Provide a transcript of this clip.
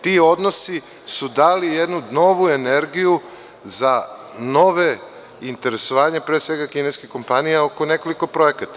Ti odnosi su dali jednu novu energiju za nova interesovanja, pre svega, kineskih kompanija oko nekoliko projekata.